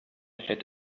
had